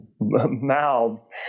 mouths